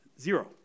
Zero